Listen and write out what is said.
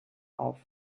auf